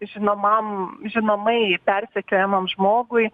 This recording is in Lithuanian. žinomam žinomai persekiojamam žmogui